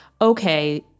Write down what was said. okay